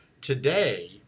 today